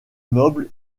nobles